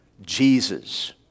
Jesus